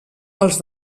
els